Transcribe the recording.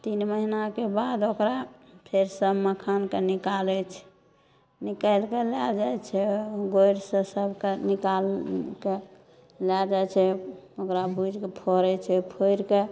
तीन महिनाके बाद ओकरा फेरसँ मखानके निकालैत छै निकालिके लै जाइ छै बोरि से सबके निकालिके लै जाइ छै ओकरा बैठके फोड़ैत छै फोड़िके